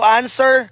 answer